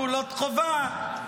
פעולות חובה,